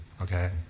Okay